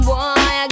Boy